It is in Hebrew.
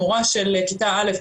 המורה של כיתה א',